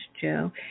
Joe